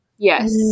Yes